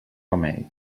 remei